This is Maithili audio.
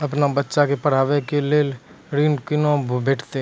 अपन बच्चा के पढाबै के लेल ऋण कुना भेंटते?